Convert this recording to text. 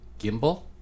Gimbal